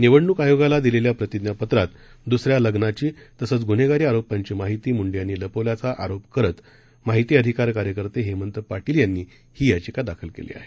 निवडणूकआयोगालादिलेल्याप्रतिज्ञापत्रातदुसऱ्यालग्नाची तसंचगुन्हेगारीआरोपांचीमाहितीमुंडेयांनीलपवल्याचाआरोपकरत माहितीअधिकारकार्यकर्तेहेमंतपाटीलयांनीहीयाचिकादाखलकेलीआहे